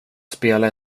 spela